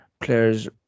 players